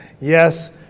yes